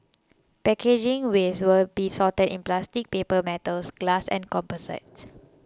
packaging waste will be sorted into plastic paper metals glass and composites